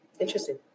Interesting